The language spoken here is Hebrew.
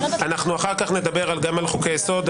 אחר כך נדבר גם על חוקי יסוד.